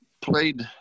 played